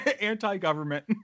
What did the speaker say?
Anti-government